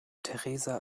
theresa